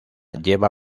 lleva